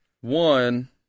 one